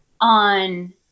On